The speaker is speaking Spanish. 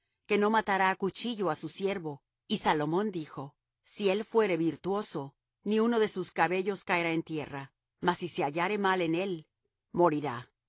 que no matará á cuchillo á su siervo y salomón dijo si él fuere virtuoso ni uno de sus cabellos caerá en tierra mas si se hallare mal en él morirá